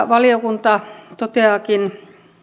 valiokunta toteaakin